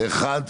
זה אחד,